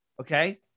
Okay